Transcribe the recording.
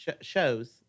shows